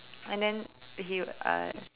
and then he uh